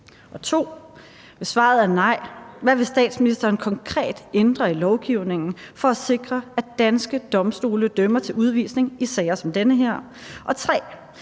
hvad vil statsministeren konkret ændre i lovgivningen for at sikre, at danske domstole dømmer til udvisning i sager som den her? Og